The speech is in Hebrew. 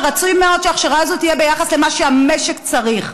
רצוי מאוד שההכשרה הזאת תהיה ביחס למה שהמשק צריך.